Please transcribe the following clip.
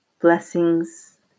Blessings